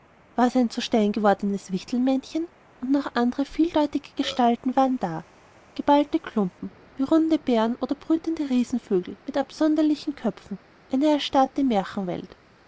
war's ein zu stein gewordenes wichtelmännchen und noch andere vieldeutige gestalten waren da geballte klumpen wie runde bären oder brütende riesenvögel mit absonderlichen köpfen eine erstarrte